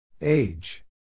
Age